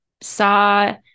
saw